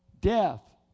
Death